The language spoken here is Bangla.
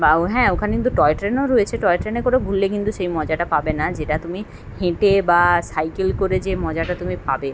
বা ও হ্যাঁ ওখানে কিন্তু টয় ট্রেনও রয়েছে টয় ট্রেনে করে ঘুরলে কিন্তু সেই মজাটা পাবে না যেটা তুমি হেঁটে বা সাইকেল করে যে মজাটা তুমি পাবে